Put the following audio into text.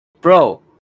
Bro